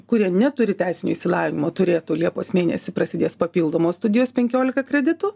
kurie neturi teisinio išsilavinimo turėtų liepos mėnesį prasidės papildomos studijos penkiolika kreditų